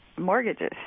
Mortgages